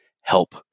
help